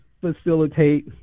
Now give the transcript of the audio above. facilitate